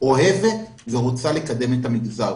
אוהבת ורוצה לקדם את המגזר.